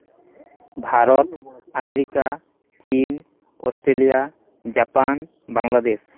Bharat America China Australia Japan Bangladesh